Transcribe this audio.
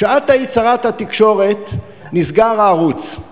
כשאת היית שרת התקשורת נסגר הערוץ,